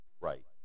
Right